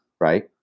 right